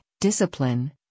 discipline